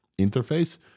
interface